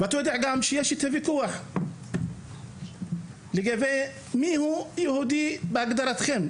אתה יודע שיש על זה ויכוח לגבי מי הוא יהודי בהגדרתכם,